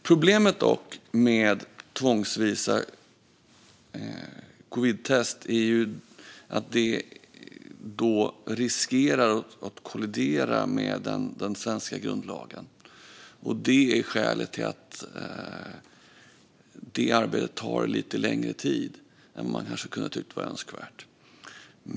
Problemet med tvångsvisa covidtest är att det riskerar att kollidera med den svenska grundlagen. Det är skälet till att det arbetet tar lite längre tid än man kanske kan tycka är önskvärt.